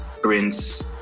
prince